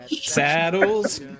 saddles